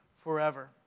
forever